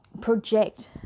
project